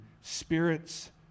spirits